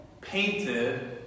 painted